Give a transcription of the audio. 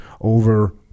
over